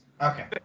Okay